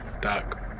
doc